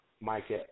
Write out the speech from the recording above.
Mike